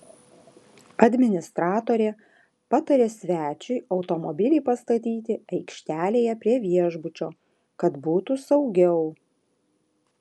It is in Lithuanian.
administratorė patarė svečiui automobilį pastatyti aikštelėje prie viešbučio kad būtų saugiau